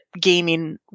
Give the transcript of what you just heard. gaming